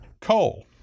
Coal